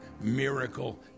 miracle